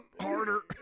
harder